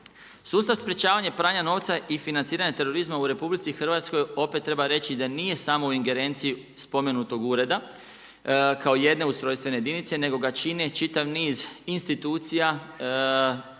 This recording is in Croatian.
Sustav sprečavanja pranja novca i financiranje terorizma u RH opet treba reći da nije samo u ingerenciji spomenutog ureda kao jedne ustrojstvene jedinice nego ga čini čitav niz institucija, mahom